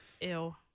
Ew